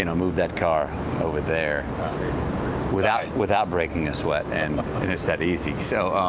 and move that car over there without without breaking a sweat and it's that easy, so,